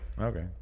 Okay